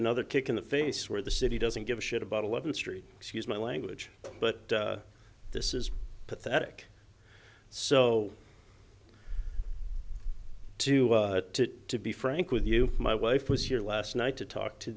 another kick in the face where the city doesn't give a shit about eleventh street excuse my language but this is pathetic so to be frank with you my wife was here last night to talk to